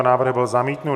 Návrh byl zamítnut.